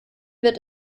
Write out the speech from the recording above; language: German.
wird